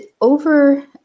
over